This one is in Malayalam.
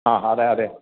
ആ അതേ അതെ